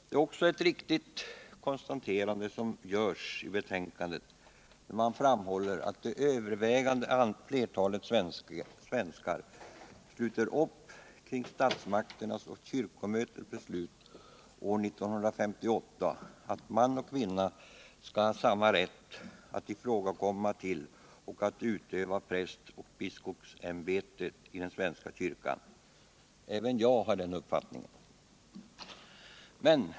Det är också ett riktigt konstaterande som görs i betänkandet när det framhålls att det övervägande flertalet svenskar sluter upp kring statmakternas och kyrkomötets beslut från år 1958, att man och kvinna skall ha samma rätt att ifrågakomma till och att utöva präst och biskopsämbetet i den svenska kyrkan. Även jag har den uppfattningen.